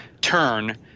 turn